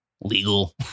legal